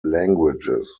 languages